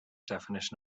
definition